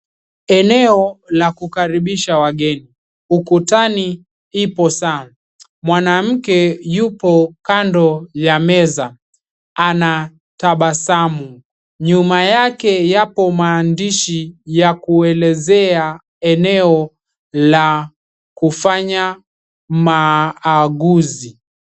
Eneo la kukaribisha wageni ukutani ipo saa, mwanamke yupo kando ya meza anatabasamu, nyuma yake yapo maandishi ya kuelezea eneo la kufanya maaguzi.